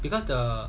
because the